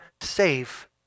safe